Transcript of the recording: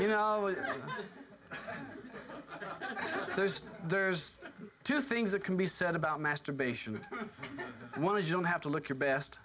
you know there's just there's two things that can be said about masturbation that one is you don't have to look your best